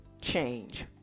change